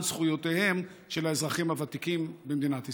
זכויותיהם של האזרחים הוותיקים במדינת ישראל.